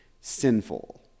sinful